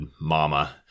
mama